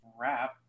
wrap